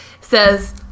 says